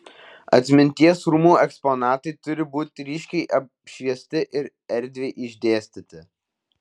atminties rūmų eksponatai turi būti ryškiai apšviesti ir erdviai išdėstyti